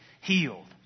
healed